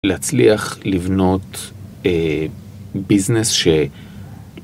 להצליח לבנות ביזנס ש...